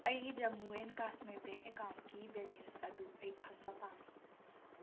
ꯑꯩꯒꯤ Jammu and Kashmir bank ꯑꯦꯀꯥꯎꯟꯀꯤ balance ꯑꯗꯨ ꯑꯩ ꯈꯪꯕ ꯄꯥꯝꯃꯤ